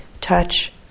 touch